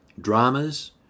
dramas